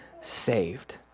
saved